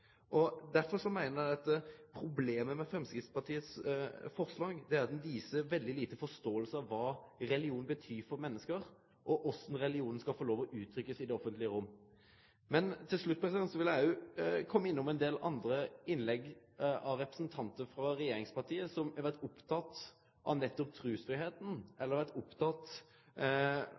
Derfor meiner eg at problemet med Framstegspartiets forslag er at det viser ei veldig lita forståing for kva religion betyr for menneske, og korleis ein skal få lov til å uttrykkje religionen i det offentlege rommet. Til slutt vil eg kome innom ein del andre innlegg, frå representantar frå regjeringspartia, som har vore opptekne av nettopp